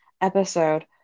episode